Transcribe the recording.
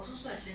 mm